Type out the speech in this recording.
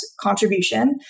contribution